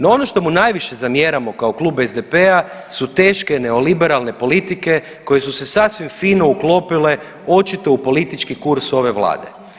No, ono što mu najvi8še zamjeramo kao Klub SDP-a su teške neoliberalne politike koje su se sasvim fino uklopile očito u politički kurs ove vlade.